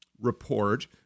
report